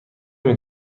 نمی